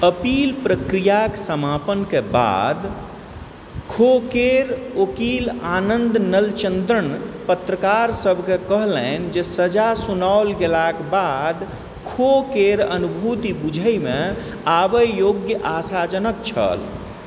appeal प्रक्रियाक समापनके बाद खो केर ओकील आनन्द नलचन्द्रन पत्रकार सबके कहलनि जे सजा सुनाओल गेलाक बाद खो केर अनुभूति बूझैमे आबय योग्य आशाजनक छल